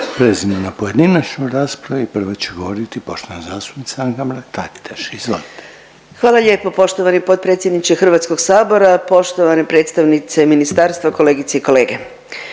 Prelazimo na pojedinačnu raspravu i prva će govoriti poštovana zastupnica Anka Mrak Taritaš. Izvolite. **Mrak-Taritaš, Anka (GLAS)** Hvala lijepo poštovani potpredsjedniče Hrvatskog sabora. Poštovane predstavnice ministarstva, kolegice i kolege,